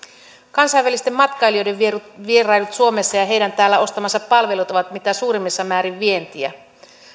kansainvälisten matkailijoiden vierailut suomessa ja heidän täällä ostamansa palvelut ovat mitä suurimmassa määrin vientiä